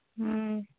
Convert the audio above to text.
ᱦᱮᱸ